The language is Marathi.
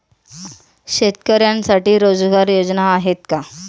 शेतकऱ्यांसाठी रोजगार योजना आहेत का?